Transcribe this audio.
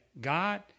God